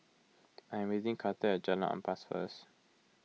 I am meeting Carter at Jalan Ampas first